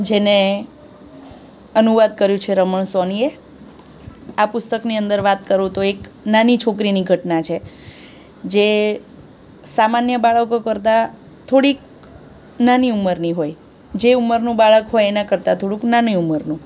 જેને અનુવાદ કર્યું છે રમણ સોનીએ આ પુસ્તકની અંદર વાત કરું તો એક નાની છોકરીની ઘટના છે જે સામાન્ય બાળકો કરતાં થોડીક નાની ઉંમરની હોય જે ઉંમરનું બાળક હોય એના કરતાં થોડુંક નાની ઉમરનું